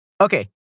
Okay